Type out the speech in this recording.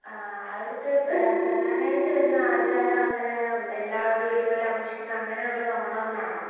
ആ അവിടുത്തെ പ്രധാനമായിട്ട് വരുന്ന ആചാരം അങ്ങനെ എല്ലാവരും ഒരുപോലെ ആഘോഷിക്കുന്നത് അങ്ങനെ ഉള്ളത് ഓണം എന്നാണോ